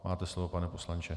Máte slovo, pane poslanče.